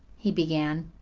he began.